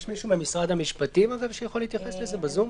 יש מישהו ממשרד המשפטים שיכול להתייחס לזה בזום?